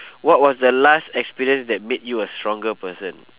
what was the last experience that made you a stronger person